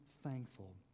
thankful